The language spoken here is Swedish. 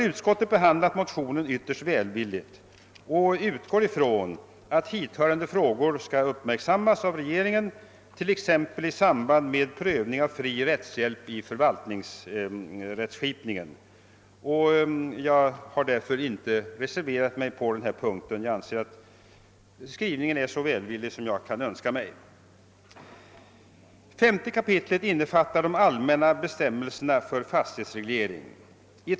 Utskottet har behandlat motionen mycket välvilligt och utgår från att hithörande spörsmål skall uppmärksammas av regeringen t.ex. i samband med prövning av fri rättshjälp i förvaltningsrättskipningen. Jag har därför inte reserverat mig på denna punkt. Jag anser att skrivningen är så välvillig som jag kan önska. 5 kap. innefattar de allmänna bestämmelserna om fastighetsreglering.